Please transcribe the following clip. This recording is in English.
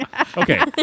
Okay